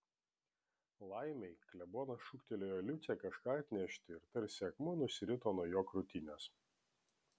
laimei klebonas šūktelėjo liucę kažką atnešti ir tarsi akmuo nusirito nuo jo krūtinės